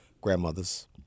grandmothers